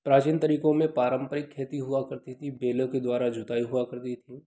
प्राचीन तरीकों में पारम्परिक खेती हुआ करती थी बैलों के द्वारा जुताई हुआ करती थी